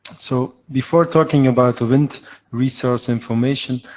so, before talking about wind resource information,